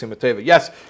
Yes